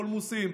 פולמוסים,